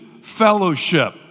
Fellowship